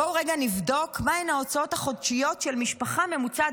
בואו רגע נבדוק מהן ההוצאות החודשיות של משפחה ממוצעת